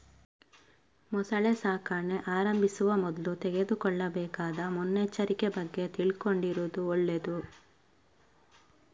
ಮೊಸಳೆ ಸಾಕಣೆ ಆರಂಭಿಸುವ ಮೊದ್ಲು ತೆಗೆದುಕೊಳ್ಳಬೇಕಾದ ಮುನ್ನೆಚ್ಚರಿಕೆ ಬಗ್ಗೆ ತಿಳ್ಕೊಂಡಿರುದು ಒಳ್ಳೇದು